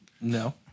No